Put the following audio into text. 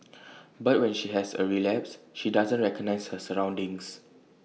but when she has A relapse she doesn't recognise her surroundings